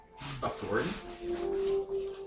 authority